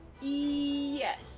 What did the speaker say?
Yes